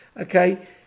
Okay